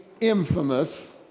infamous